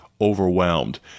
Overwhelmed